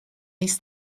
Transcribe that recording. mis